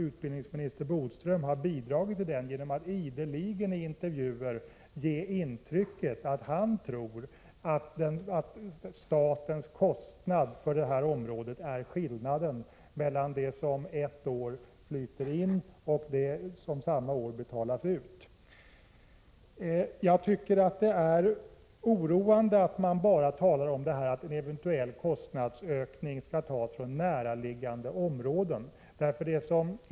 Utbildningsminister Bodström har också bidragit till förvirringen, genom att ideligen i intervjuer ge intryck av att statens kostnad för detta område är 33 Det är oroande när det sägs att vid en eventuell kostnadsökning skall medel tas från närliggande områden.